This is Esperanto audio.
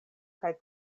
kaj